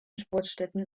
sportstätten